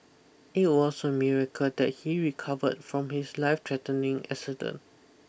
it was a miracle that he recovered from his life threatening accident